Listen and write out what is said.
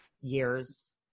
years